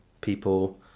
People